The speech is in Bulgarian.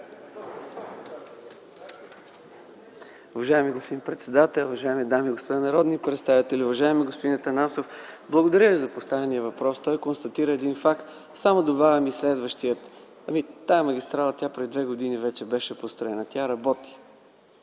Уважаеми господин председател, уважаеми дами и господа народни представители! Уважаеми господин Атанасов, благодаря Ви за поставения въпрос. Той констатира един факт, само добавям и следващия – тази магистрала преди две години вече беше построена, тя работи,